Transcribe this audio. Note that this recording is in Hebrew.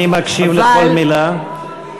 אני מקשיב לכל מילה.